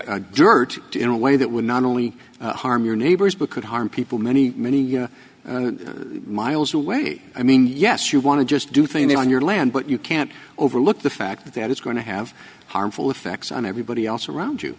dirt in a way that would not only harm your neighbors because harm people many many miles away i mean yes you want to just do things on your land but you can't overlook the fact that it's going to have harmful effects on everybody else around you